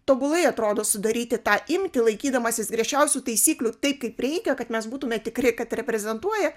tobulai atrodo sudaryti tą imtį laikydamasis griežčiausių taisyklių taip kaip reikia kad mes būtume tikri kad reprezentuoja